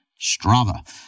Strava